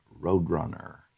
Roadrunner